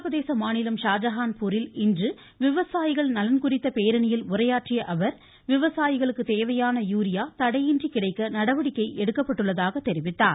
உத்தரப்பிரதேச மாநிலம் ஷாஜஹான்பூரில் இன்று விவசாயிகள் நலன் குறித்த பேரணியில் உரையாற்றிய அவர் விவசாயிகளுக்கு தேவையான யூரியா தடையின்றி கிடைக்க நடவடிக்கை எடுக்கப்பட்டுள்ளதாக தெரிவித்தார்